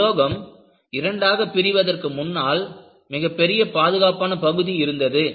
உலோகம் இரண்டாக பிரிவதற்கு முன்னால் மிகப்பெரிய பாதுகாப்பான பகுதி இருந்தது